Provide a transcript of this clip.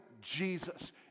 Jesus